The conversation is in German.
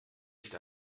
nicht